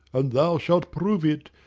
and thou shalt prove it,